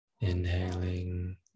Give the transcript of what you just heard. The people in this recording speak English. Inhaling